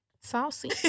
Saucy